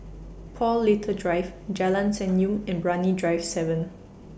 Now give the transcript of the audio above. Paul Little Drive Jalan Senyum and Brani Drive seven